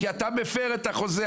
כי אתה מפר את החוזה.